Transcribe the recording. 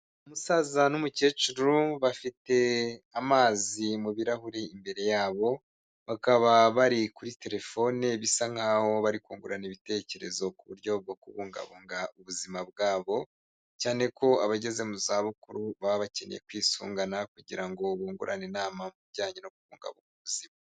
Umusaza n'umukecuru bafite amazi mu birahuri imbere yabo, bakaba bari kuri telefone bisa nkaho bari kungurana ibitekerezo ku buryo bwo kubungabunga ubuzima bwabo, cyane ko abageze mu zabukuru baba bakeneye kwisungana kugira ngo bungurane inama ijyanye no ku kumungabu ubuzima.